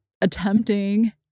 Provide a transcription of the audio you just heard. attempting